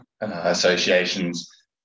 associations